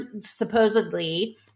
supposedly